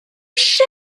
cher